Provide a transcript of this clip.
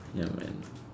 ya man